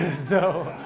so,